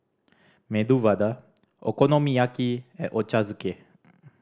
Medu Vada Okonomiyaki and Ochazuke